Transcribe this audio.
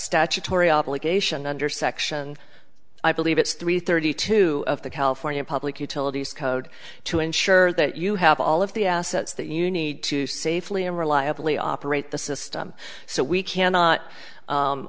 statutory obligation under section i believe it's three thirty two of the california public utilities code to ensure that you have all of the assets that you need to safely and operate the system so we cannot